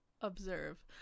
Observe